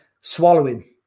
swallowing